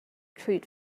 truth